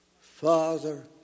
Father